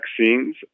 vaccines